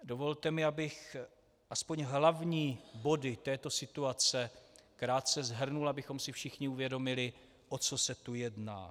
Dovolte mi, abych aspoň hlavní body této situace krátce shrnul, abychom si všichni uvědomili, o co se tu jedná.